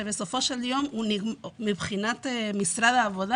שבסופו של יום מבחינת משרד העבודה,